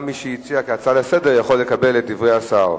גם מי שהציע כהצעה לסדר-היום יכול לקבל את דברי השר.